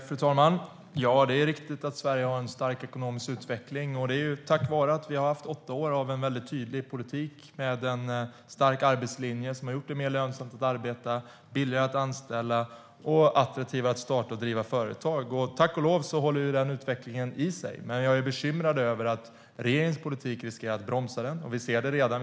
Fru talman! Det är riktigt att Sverige har en stark ekonomisk utveckling. Det är tack vare åtta år med en tydlig politik för en stark arbetslinje som har gjort det mer lönsamt att arbeta, billigare att anställa och mer attraktivt att starta och driva företag. Tack och lov håller denna utveckling i sig, men jag är bekymrad över att regeringens politik riskerar att bromsa den. Vi ser det redan.